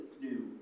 new